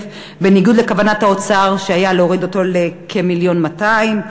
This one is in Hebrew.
בניגוד לכוונת האוצר להוריד אותו לכ-1.2 מיליון.